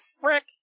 frick